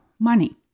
money